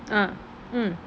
ah mm